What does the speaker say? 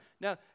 Now